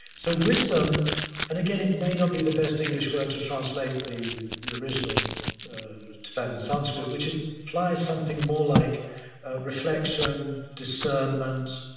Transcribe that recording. so wisdom and again, it may not be the best english word to translate the the original tibetan sanskrit, which implies something more like reflection, discernment,